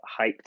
hyped